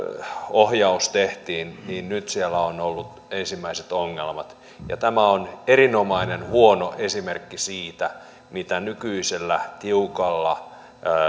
ohjaus tehtiin siellä on ollut ensimmäiset ongelmat ja tämä on erinomainen huono esimerkki siitä mitä nykyisellä tiukalla